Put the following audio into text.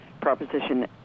Proposition